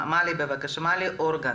מלי אורגד